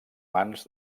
mans